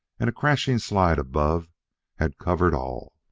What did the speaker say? and a crashing slide above had covered all.